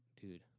dude